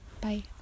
bye